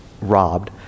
robbed